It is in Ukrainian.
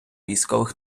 військових